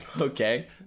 Okay